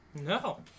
no